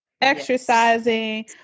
exercising